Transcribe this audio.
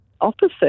opposite